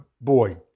boy